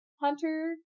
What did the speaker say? Hunter